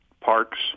parks